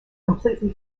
completely